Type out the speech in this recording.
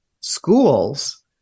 schools